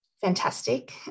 fantastic